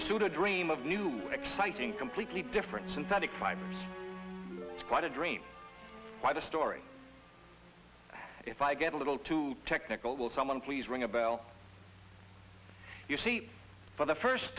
pursue the dream of new exciting completely different synthetic find quite a dream quite a story if i get a little too technical will someone please ring a bell you see for the first